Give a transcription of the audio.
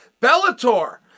Bellator